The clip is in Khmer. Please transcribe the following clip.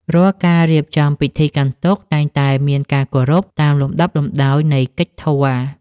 រាល់ការរៀបចំពិធីកាន់ទុក្ខ តែងតែមានការគោរពតាមលំដាប់លំដោយនៃកិច្ចធម៌។